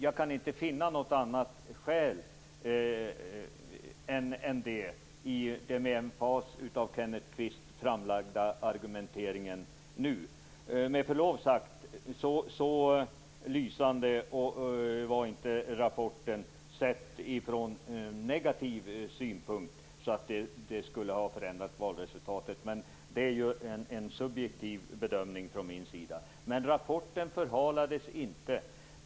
Jag kan inte finna något annat skäl i Kenneth Kvists med emfas framlagda argumentering. Rapporten var, med förlov sagt, inte så lysande sett ifrån negativ synpunkt att den skulle ha förändrat valresultatet. Det är en subjektiv bedömning från min sida, men rapporten förhalades inte.